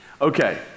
Okay